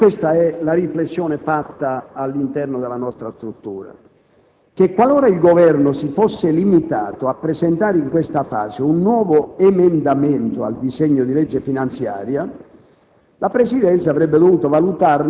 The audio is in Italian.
Non vi è dubbio - questa è la riflessione fatta all'interno della nostra struttura - che qualora il Governo si fosse limitato a presentare in questa fase un nuovo emendamento al disegno di legge finanziaria,